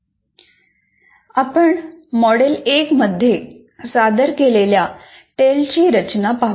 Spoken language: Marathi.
आपण मॉडेल 1 मध्ये सादर केलेल्या टेलची रचना पाहू